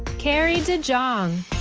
carrie dejong.